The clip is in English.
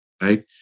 right